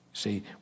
See